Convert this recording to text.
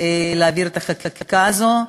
להעביר את החקיקה הזאת,